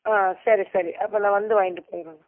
ஆ சரி சரி அப்போ நான் வந்து வாங்கிட்டு போயிடுறேங்க